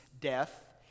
death